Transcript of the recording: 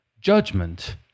judgment